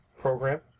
program